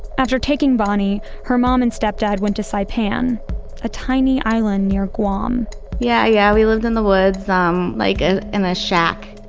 after taking bonnie, her mom and stepdad went saipan, a a tiny island near guam yeah, yeah, we lived in the woods, um, like ah in a shack.